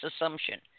assumption